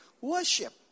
worship